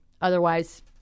Otherwise